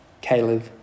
Caleb